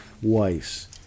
twice